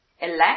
Elect